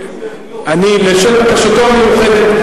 עם זאת יש עוד מחויבויות.